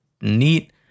neat